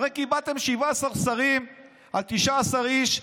הרי קיבלתם 17 שרים על 19 איש,